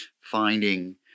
finding